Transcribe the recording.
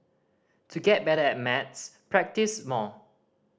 to get better at Maths practise more